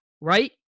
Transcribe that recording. right